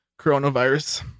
Coronavirus